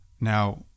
Now